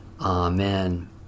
Amen